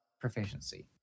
proficiency